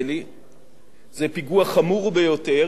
זה פיגוע חמור ביותר, ואמר ראש הממשלה,